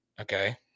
Okay